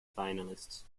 finalists